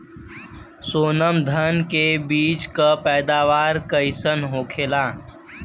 सोनम धान के बिज के पैदावार कइसन होखेला?